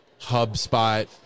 HubSpot